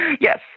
Yes